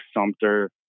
Sumter